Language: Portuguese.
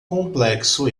complexo